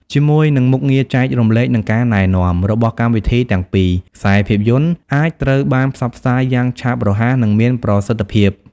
ជាមួយនឹងមុខងារចែករំលែក និងការណែនាំ របស់កម្មវិធីទាំងពីរ ខ្សែភាពយន្តអាចត្រូវបានផ្សព្វផ្សាយយ៉ាងឆាប់រហ័សនិងមានប្រសិទ្ធភាព។